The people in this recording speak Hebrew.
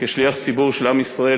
כשליח ציבור של עם ישראל,